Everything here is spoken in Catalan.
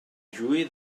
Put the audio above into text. juí